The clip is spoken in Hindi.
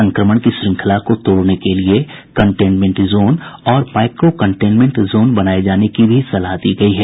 संक्रमण की श्रंखला को तोड़ने के लिए कन्टेनमेंट जोन और माइक्रो कंटेनमेंट जोन बनाए जाने की भी सलाह दी गई है